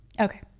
Okay